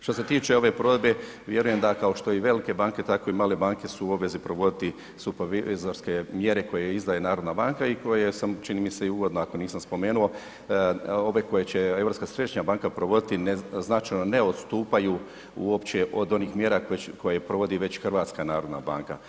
Što se tiče ove provedbe vjerujem da kao što i velike banke, tako i male banke su u obvezi provoditi supervizorske mjere koje izdaje narodna banka i koje sam čini mi se i uvodno, ako nisam spomenuo, ove koje će Europska središnja banka provoditi značajno ne odstupaju uopće od onih mjera koje provodi već HNB.